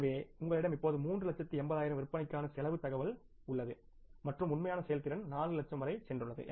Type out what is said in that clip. எனவே உங்களிடம் இப்போது 3 லச்சத்து 80 ஆயிரம் விற்பனைக்கான செலவுத் தகவல் நம்மிடம் உள்ளது மற்றும் உண்மையான செயல்திறன் 4 லட்சம் வரை சென்றுள்ளது